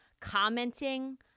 commenting